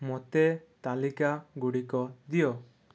ମୋତେ ତାଲିକା ଗୁଡ଼ିକ ଦିଅ